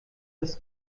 das